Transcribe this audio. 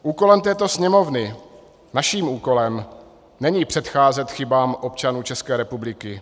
Úkolem této Sněmovny, naším úkolem, není předcházet chybám občanů České republiky.